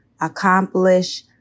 accomplish